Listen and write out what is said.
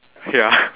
ya